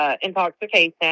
intoxication